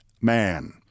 man